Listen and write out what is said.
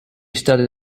studied